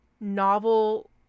novel